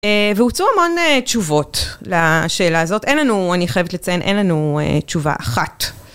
והוצאו המון תשובות לשאלה הזאת, אין לנו, אני חייבת לציין, אין לנו תשובה אחת.